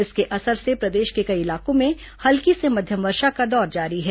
इसके असर से प्रदेश के कई इलाकॉ में हल्की से मध्यम वर्षा का दौर जारी है